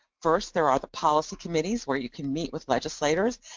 first, there are the policy committees where you can meet with legislators.